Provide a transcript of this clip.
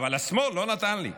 אבל השמאל לא נתן לי.